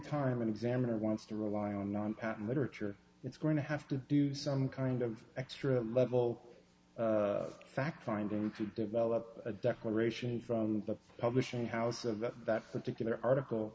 time an examiner wants to rely on patent literature it's going to have to do some kind of extra level of fact finding to develop a declaration from the publishing house of that particular article